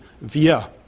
via